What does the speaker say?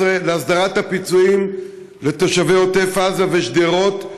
להסדרת הפיצויים לתושבי עוטף עזה ושדרות,